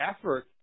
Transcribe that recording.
effort